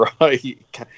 right